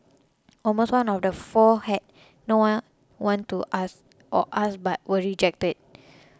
almost one on the four had no one one to ask or asked but were rejected